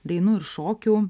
dainų ir šokių